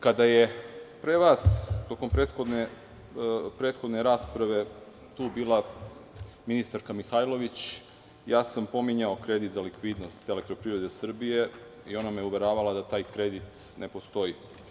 Kada je pre vas, tokom prethodne rasprave, tu bila ministarka Mihajlović, pominjao sam kredit za likvidnost EPS i ona me je uveravala da taj kredit ne postoji.